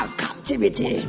captivity